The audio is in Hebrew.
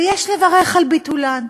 ויש לברך על ביטולן.